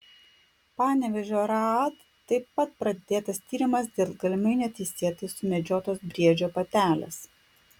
panevėžio raad taip pat pradėtas tyrimas dėl galimai neteisėtai sumedžiotos briedžio patelės